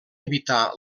evitar